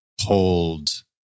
hold